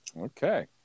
Okay